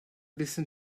listen